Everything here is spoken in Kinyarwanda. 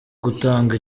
gutanga